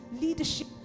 leadership